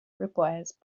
requires